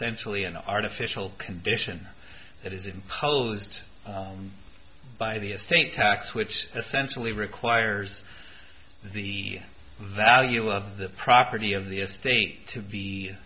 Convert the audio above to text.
essentially an artificial condition that is imposed by the estate tax which essentially requires the value of the property of the estate to be